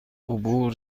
عبور